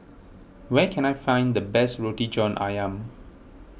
where can I find the best Roti John Ayam